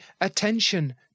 attention